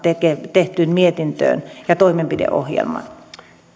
mietintöön ja toimenpideohjelmaan